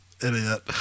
idiot